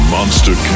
Monster